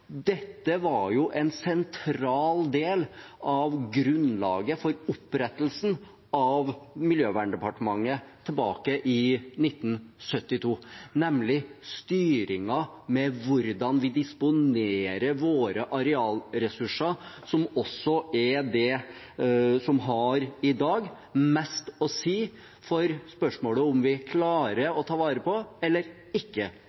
Dette var jo en sentral del av grunnlaget for opprettelsen av Miljøverndepartementet tilbake i 1972, nemlig styringen med hvordan vi disponerer våre arealressurser, som også er det som i dag har mest å si for spørsmålet om vi klarer å ta vare på eller ikke